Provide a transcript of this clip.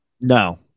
No